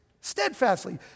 Steadfastly